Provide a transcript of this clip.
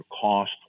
cost